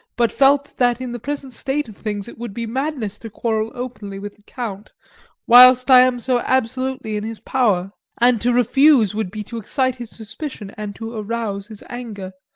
but felt that in the present state of things it would be madness to quarrel openly with the count whilst i am so absolutely in his power and to refuse would be to excite his suspicion and to arouse his anger.